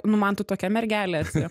nu man tu tokia mergelė esi